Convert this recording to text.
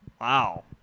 Wow